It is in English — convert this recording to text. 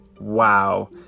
Wow